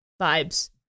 vibes